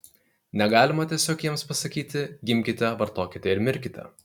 negalima tiesiog jiems pasakyti gimkite vartokite ir mirkite